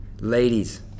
ladies